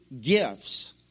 gifts